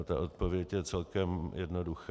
Ta odpověď je celkem jednoduchá.